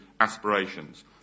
aspirations